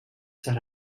set